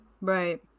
right